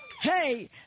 Hey